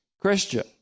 Christian